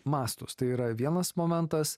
mastus tai yra vienas momentas